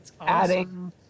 adding